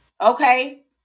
okay